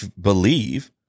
believe